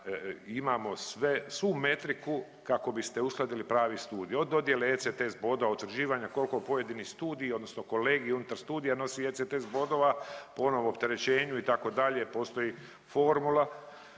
Imamo sve, svu metriku kako biste ustrojili prvi studij. Od dodjele ECTS bodova, utvrđivanja koliko pojedini studij odnosno kolegij unutar studija nosi ECTS bodova po onom opterećenju itd. postoji formula